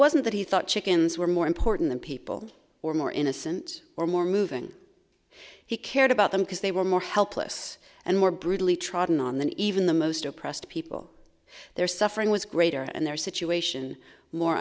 wasn't that he thought chickens were more important than people or more innocent or more moving he cared about them because they were more helpless and more brutally trodden on than even the most oppressed people their suffering was greater and their situation more